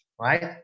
Right